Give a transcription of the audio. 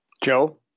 Joe